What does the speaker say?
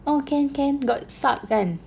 oh can can got sub kan